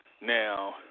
Now